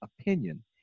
opinion